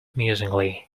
musingly